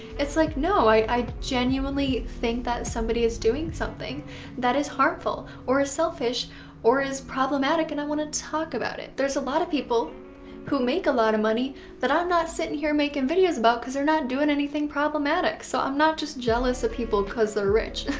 it's like no, i i genuinely think that somebody is doing something that is harmful or selfish or is problematic and i want to talk about it. there's a lot of people who make a lot of money that i'm not sitting here making videos about but because they're not doing anything problematic. so i'm not just jealous of people because they're rich.